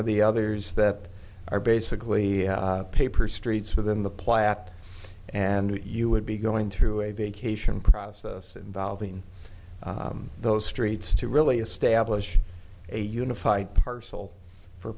of the others that are basically paper streets within the plat and you would be going through a vacation process involving those streets to really establish a unified parcel for